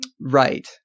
right